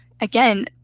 again